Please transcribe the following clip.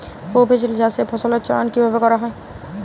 বহুফসলী চাষে ফসলের চয়ন কীভাবে করা হয়?